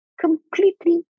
completely